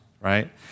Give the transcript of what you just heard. right